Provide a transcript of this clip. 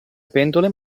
pentole